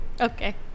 Okay